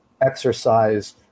exercise